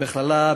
במכללה,